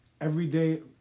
Everyday